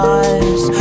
eyes